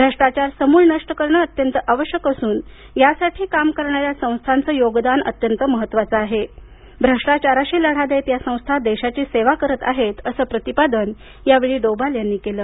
भ्रष्टाचार समूळ नष्ट करणं अत्यंत आवश्यक असून यासाठी काम करणाऱ्या संस्थांचं योगदान अत्यंत महत्त्वाचं आहे भ्रष्टाचाराशी लढा देत यासंस्था देशाची सेवा करत आहेत असं प्रतिपादन यावेळी दोवाल यांनी केलं